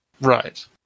Right